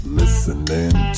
listening